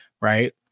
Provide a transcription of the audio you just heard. right